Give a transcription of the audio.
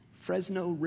Fresno